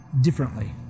Differently